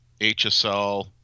hsl